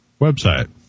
website